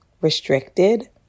restricted